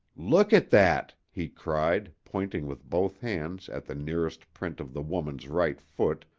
look at that! he cried, pointing with both hands at the nearest print of the woman's right foot,